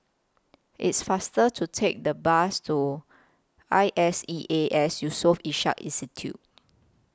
It's faster to Take The Bus to I S E A S Yusof Ishak Institute